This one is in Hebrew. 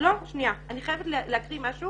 אני חייבת להקריא משהו